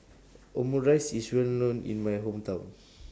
Omurice IS Well known in My Hometown